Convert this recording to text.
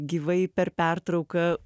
gyvai per pertrauką